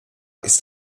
ist